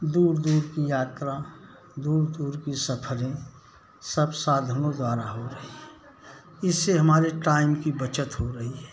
दूर दूर की यात्रा दूर दूर के सफर सब साधनों द्वारा हो रहे हैं इससे हमारे टाइम की बचत हो रही है